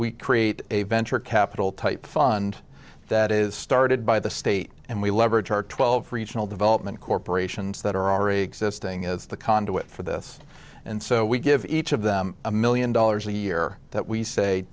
we create a venture capital type fund that is started by the state and we leverage our twelve regional development corporations that are already existing as the conduit for this and so we give each of them a million dollars a year that we say